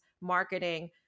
marketing